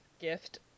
gift